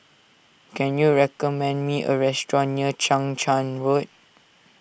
can you recommend me a restaurant near Chang Charn Road